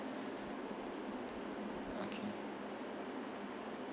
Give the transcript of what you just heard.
okay